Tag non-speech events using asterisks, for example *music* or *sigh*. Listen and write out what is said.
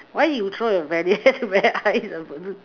why you throw *laughs* your teddy bear very high in the balloon